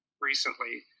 recently